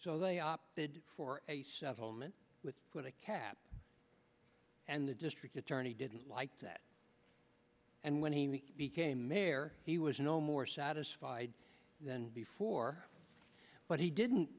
so they opted for a settlement with put a cap and the district attorney didn't like that and when he became mayor he was no more satisfied than before but he didn't